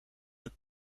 het